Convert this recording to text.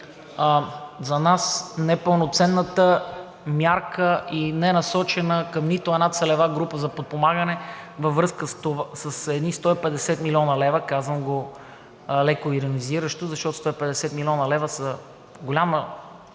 за нас непълноценната мярка, ненасочена към нито една целева група, е за подпомагане във връзка с едни 150 млн. лв. – казвам го леко иронизиращо, защото 150 млн. лв. са голяма,